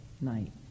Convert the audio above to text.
night